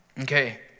Okay